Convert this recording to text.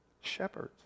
shepherds